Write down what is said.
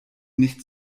nicht